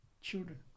children